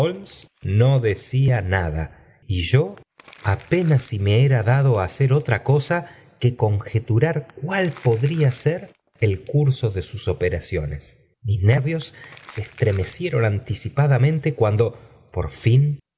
no decía nada y yo apenas si me era dado hacer otra cosa que conjeturar cuál podría rr el curso de sus operaciones mis nervios se eslíe mecieron anticipadamente cuando por fin